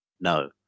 no